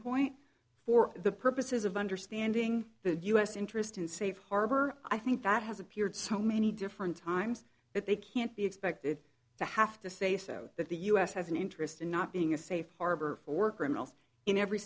point for the purposes of understanding the u s interest in safe harbor i think that has appeared so many different times that they can't be expected to have to say so that the u s has an interest in not being a safe harbor for work and also in every